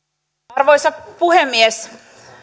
arvoisa puhemies